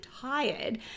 tired